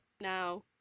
now